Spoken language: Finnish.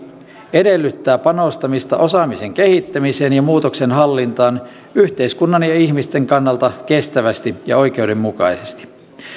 edellyttää panostamista osaamisen kehittämiseen ja muutoksenhallintaan yhteiskunnan ja ja ihmisten kannalta kestävästi ja oikeudenmukaisesti